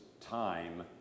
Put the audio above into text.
time